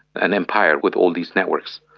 an empire with all these networks,